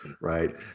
right